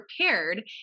prepared